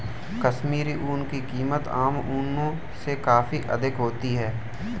कश्मीरी ऊन की कीमत आम ऊनों से काफी अधिक होती है